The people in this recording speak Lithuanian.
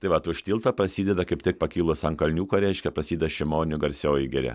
tai vat už tilto prasideda kaip tik pakilus ant kalniuko reiškia prasideda šimonių garsioji giria